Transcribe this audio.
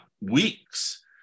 weeks